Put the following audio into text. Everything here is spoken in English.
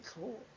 cool